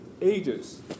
ages